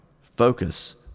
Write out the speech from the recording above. focus